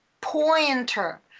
pointer